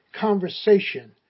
conversation